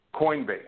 Coinbase